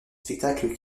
spectacles